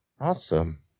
Awesome